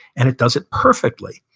and it does it perfectly.